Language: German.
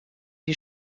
die